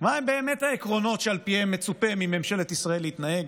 מהם העקרונות שעל פיהם מצופה ממשלת ישראל להתנהג,